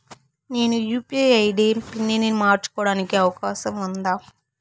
నేను UPI ID పి మార్చుకోవడానికి అవకాశం ఉందా?